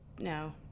no